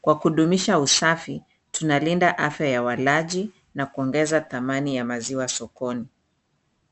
Kwa kudumisha usafi, tunalinda afya ya walaji na kuongeza dhamani ya maziwa sokoni.